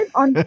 on